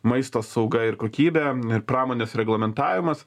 maisto sauga ir kokybė ir pramonės reglamentavimas